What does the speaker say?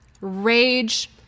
Rage